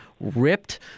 ripped